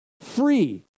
free